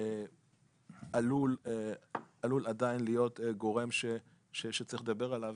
עלול עדיין להיות גורם שצריך לדבר עליו,